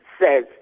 says